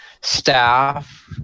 staff